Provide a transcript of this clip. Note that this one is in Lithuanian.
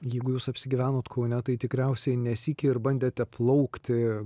jeigu jūs apsigyvenot kaune tai tikriausiai ne sykį ir bandėte plaukti